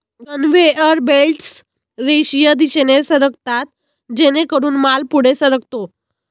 conveyor belts रेषीय दिशेने सरकतात जेणेकरून माल पुढे सरकतो